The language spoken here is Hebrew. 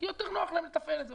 כי יותר נוח להם לתפעל את זה.